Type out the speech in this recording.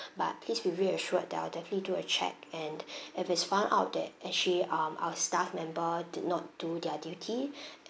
but please be reassured that I'll definitely do a check and if it's found out that actually um our staff member did not do their duty